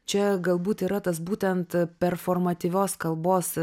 čia galbūt yra tas būtent performativios kalbos